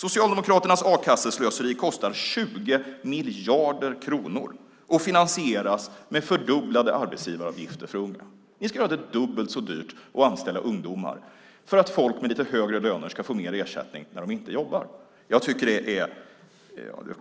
Socialdemokraternas a-kasseslöseri kostar 20 miljarder kronor och finansieras med fördubblade arbetsgivaravgifter för unga. Ni ska göra det dubbelt så dyrt att anställa ungdomar för att folk med lite högre löner ska få mer ersättning när de inte jobbar. Man